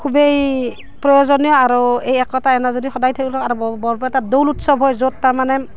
খুবেই প্ৰয়োজনীয় আৰু এই একতাৰ এনাজৰী সদায় থাকিব লাগিব আৰু বৰ বৰপেটাত দৌল উৎসৱ হয় য'ত তাৰমানে